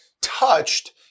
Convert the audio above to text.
touched